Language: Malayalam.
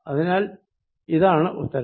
അതിനാൽ ഇതാണ് ഉത്തരം